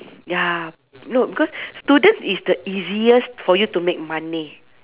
ya no because student is the easiest for you to make money